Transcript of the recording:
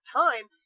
time